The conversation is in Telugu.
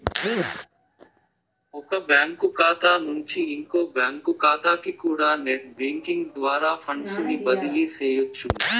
ఒక బ్యాంకు కాతా నుంచి ఇంకో బ్యాంకు కాతాకికూడా నెట్ బ్యేంకింగ్ ద్వారా ఫండ్సుని బదిలీ సెయ్యొచ్చును